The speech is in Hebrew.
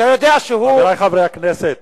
אתה יודע שהוא, במקרה גדלתי בבית,